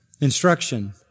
instruction